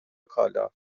کالا